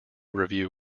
review